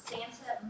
Santa